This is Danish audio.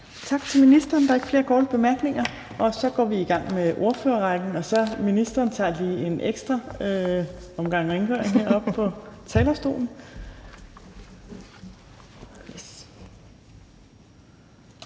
Tak til ministeren. Der er ikke flere korte bemærkninger, og så går vi i gang med ordførerrækken. Og ministeren tager lige en ekstra omgang rengøring heroppe på talerstolen.